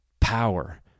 power